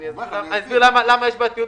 אני אסביר למה יש בעייתיות